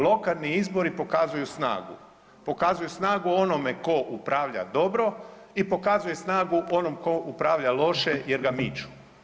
Lokalni izbori pokazuju snagu, pokazuju snagu onome tko upravlja dobro i pokazuje snagu onom tko upravlja loše jer ga miču.